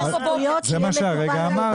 אורלי, זה מה שהרגע אמרתי.